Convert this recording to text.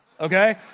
okay